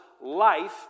life